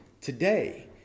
today